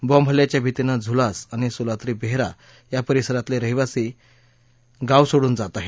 बॅम्बहल्ल्यांच्या भीतीने झुलास आणि सोलात्री बेहरा परिसरातले रहिवासी गाव सोडून जात आहेत